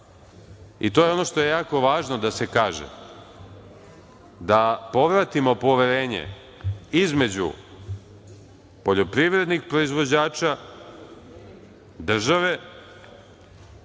i to je ono što je jako važno da se kaže, povratimo poverenje između poljoprivrednih proizvođača, države